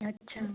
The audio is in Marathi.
अच्छा